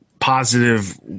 Positive